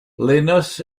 linus